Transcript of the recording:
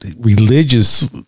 religious